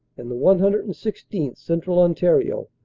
and the one hundred and sixteenth, central ontario,